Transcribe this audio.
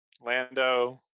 lando